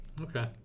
Okay